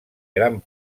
gran